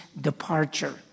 departure